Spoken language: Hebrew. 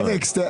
אלכס,